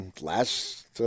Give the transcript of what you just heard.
last